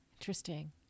Interesting